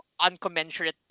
uncommensurate